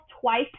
twice